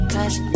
Cause